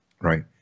Right